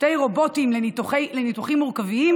שני רובוטים לניתוחים מורכבים